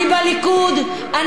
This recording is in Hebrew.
אני גאה להיות בליכוד.